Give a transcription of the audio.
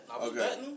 Okay